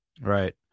Right